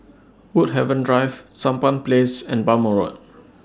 Woodhaven Drive Sampan Place and Bhamo Road